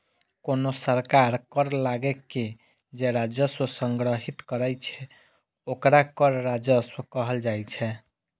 कोनो सरकार कर लगाके जे राजस्व संग्रहीत करै छै, ओकरा कर राजस्व कहल जाइ छै